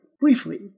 Briefly